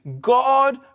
God